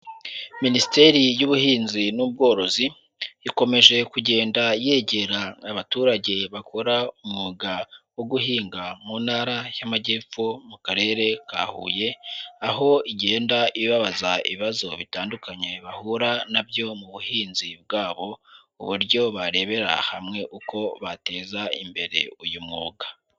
Minisiteri y'Ubuhinzi n'Ubworozi, ikomeje kugenda yegera abaturage bakora umwuga wo guhinga mu Ntara y'Amajyepfo, mu Karere ka Huye, aho igenda ibabaza ibibazo bitandukanye bahura na byo mu buhinzi bwabo, uburyo barebera hamwe uko bateza imbere uyu mwuga.